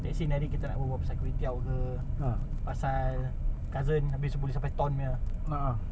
let's say nanti kita nak berbual pasal char kway teow ke pasal cousin habis boleh sampai thorn punya